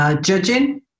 judging